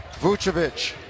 Vucevic